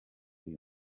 uyu